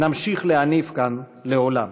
נמשיך להניף כאן לעולם.